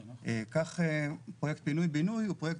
כך פרויקט פינוי בינוי הוא פרויקט